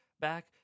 Back